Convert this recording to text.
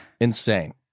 Insane